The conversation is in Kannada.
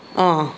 ಹಾಂ